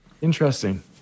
Interesting